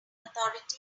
authorities